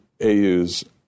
AU's